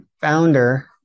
founder